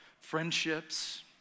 friendships